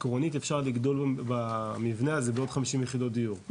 עקרונית אפשר לגדול במבנה הזה בעוד חמישים יחידות דיור,